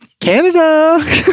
Canada